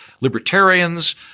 libertarians